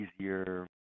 easier